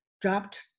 dropped